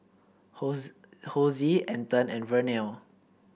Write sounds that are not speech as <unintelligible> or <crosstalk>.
<unintelligible> Hosie Anton and Vernell